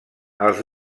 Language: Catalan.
els